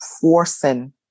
forcing